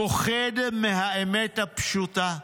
פוחד מהאמת הפשוטה.